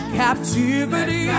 captivity